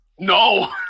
No